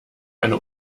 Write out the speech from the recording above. eine